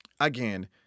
Again